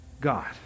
God